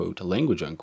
language